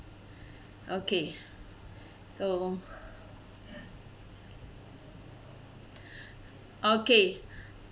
okay so okay